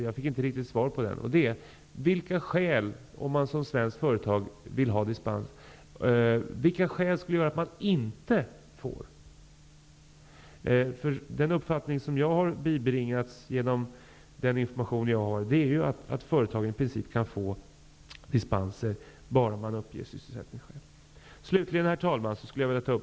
Jag fick inget riktigt svar på min fråga och upprepar den därför. Om ett svenskt företag vill ha dispens, vilka skäl skulle medföra att man inte får det? Den uppfattning som jag har bibringats genom den information jag har fått är att företagen i princip kan få dispens bara de uppger sysselsättningsskäl. Herr talman!